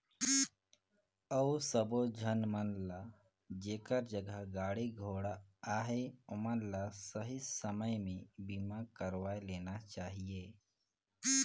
अउ सबो झन मन ल जेखर जघा गाड़ी घोड़ा अहे ओमन ल सही समे में बीमा करवाये लेना चाहिए